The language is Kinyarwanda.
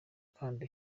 ukanda